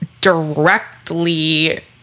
directly